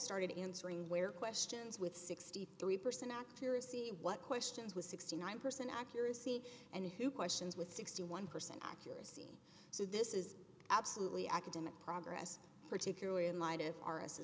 started answering where questions with sixty three percent accuracy what questions was sixty nine percent accuracy and who questions with sixty one percent accuracy so this is absolutely academic progress particularly in